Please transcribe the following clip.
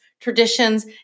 traditions